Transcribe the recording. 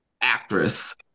actress